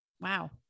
Wow